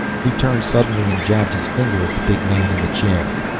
he turned suddenly and jabbed his finger at the big man in the chair.